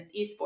eSports